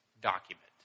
document